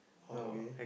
okay